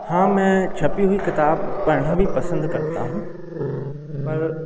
हाँ मैं छपी हुई किताब पढ़ना भी पसंद करता हूँ और